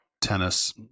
tennis